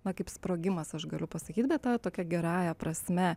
na kaip sprogimas aš galiu pasakyt bet ką tokia gerąja prasme